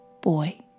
boy